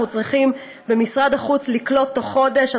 אנחנו צריכים במשרד החוץ לקלוט התוך חודש